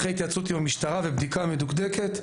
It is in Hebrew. אחרי התייעצות עם המשטרה ובדיקה מדוקדקת,